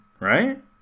right